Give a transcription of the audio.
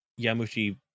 Yamushi